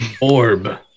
Orb